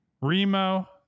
Remo